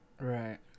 Right